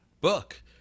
book